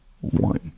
one